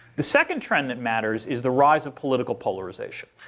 the second trend that matters is the rise of political polarization.